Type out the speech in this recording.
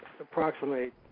approximate